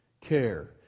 care